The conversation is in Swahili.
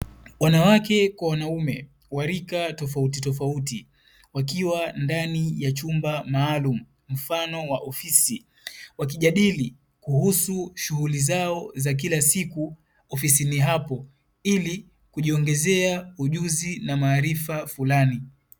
Wanawake kwa wanaume wa rika tofauti tofauti wakiwa ndani ya chumba maalumu mfano wa ofisi, wakijadili kuhusu shughuli zao za kila siku ofisini hapo ili kujiongezea ujuzi na maarifa fulani.